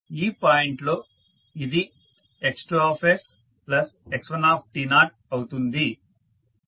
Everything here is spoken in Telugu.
ఈ పాయింట్ లో ఇది X2sx1అవుతుంది